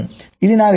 ఇది నా వ్యక్తీకరణ